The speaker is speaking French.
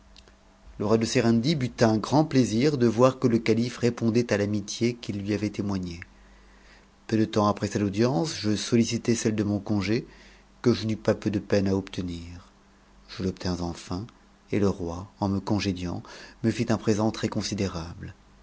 de serendib eut un grand plaisir de voir que le calife répondait l'amitié qu'il lui avait témoignée peu de temps après cette audience jesotticitai celle de mon congé que je n'eus pas peu de peine à obtenir je j'obtins enfin et le roi en me congédiant me fit un présent